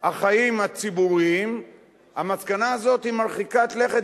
החיים הציבוריים המסקנה הזאת היא מרחיקת לכת,